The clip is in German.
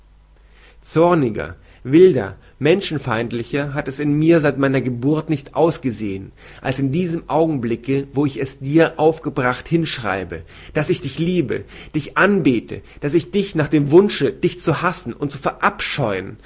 zorniger wilder menschenfeindlicher hat es in mir seit meiner geburt nicht ausgesehen als in diesem augenblicke wo ich es dir aufgebracht hinschreibe daß ich dich liebe dich anbete und daß ich nach dem wunsche dich zu hassen und zu verabscheuen